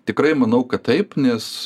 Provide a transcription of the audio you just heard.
tikrai manau kad taip nes